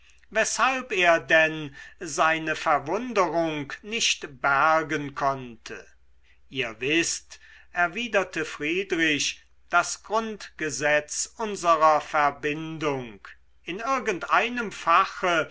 weshalb er denn seine verwunderung nicht bergen konnte ihr wißt erwiderte friedrich das grundgesetz unserer verbindung in irgendeinem fache